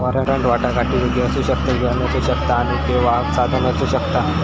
warrant वाटाघाटीयोग्य असू शकता किंवा नसू शकता आणि त्यो वाहक साधन असू शकता